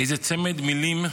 איזה צמד מילים מרגש,